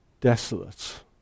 desolate